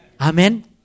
Amen